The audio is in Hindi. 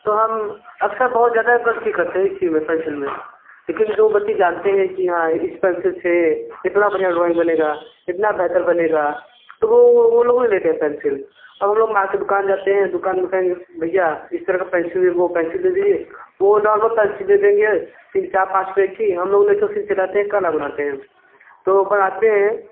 तो हम अक्सर बहुत ज़्यादा ग़लती करते हैं इसी में पेंसिल में लेकिन जो बच्चे जानते हैं कि हाँ इस पेंसिल से इतना बढ़िया ड्राइंग बनेगा इतना बेहतर बनेगा तो वो वो लोग नहीं लेते हैं पेंसिल अब हम लोग मार्क दुकान जाते हैं दुकान दुकान में भैया इस तरह का पेंसिल होगो पेंसिल दे दीजिए वो नॉर्मल पेंसिल दे देंगे तीन चार पाँच पर की हम लोग ले के उसी को चले आते हैं कला बनाते हैं तो बनाते हैं